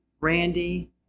Randy